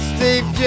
Steve